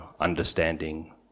understanding